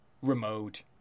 remote